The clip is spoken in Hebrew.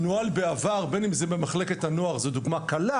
נוהל בעבר במחלקת הנוער זו דוגמה קלה